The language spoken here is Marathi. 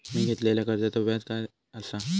मी घेतलाल्या कर्जाचा व्याज काय आसा?